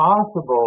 possible